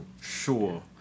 Sure